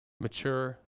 mature